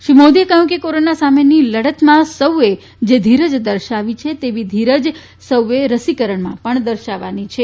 શ્રી મોદીએ કહ્યું કે કોરોના સામેની લડતમાં સૌએ જે ધીરજ દર્શાવી છે તેવી જ ધીરજ સૌએ રસીકરણમાં પણ દર્શાવવાની છે